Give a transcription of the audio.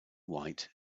white